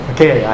Okay